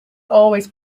always